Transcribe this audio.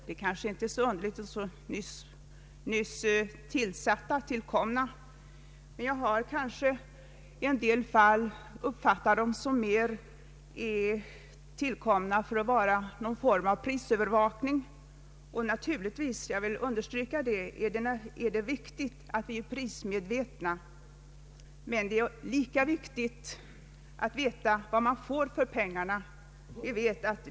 Det är kanske inte så underligt, eftersom de är så nyss tillkomna, men jag har i en del fall uppfattat dem som tillkomna främst såsom någon form av prisövervakning. Naturligtvis är det viktigt att vi är prismedvetna — jag vill understryka det — men det är lika viktigt att veta vad man får för pengarna.